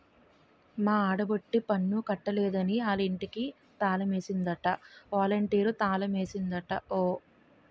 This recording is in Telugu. మా ఆడబొట్టి పన్ను కట్టలేదని ఆలింటికి తాలమేసిందట ఒలంటీరు తాలమేసిందట ఓ